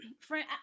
Friend